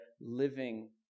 living